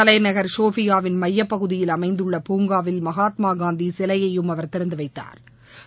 தலைநகர் சோபியாவின் மையப்பகுதியில் அமைந்தள்ள பூங்காவில் மகாத்மாகாந்தி சிலையயும் அவர் திறந்து வைத்தாா்